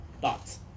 thoughts